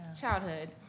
childhood